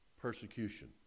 persecution